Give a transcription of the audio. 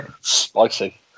spicy